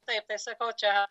taip tai sakau čia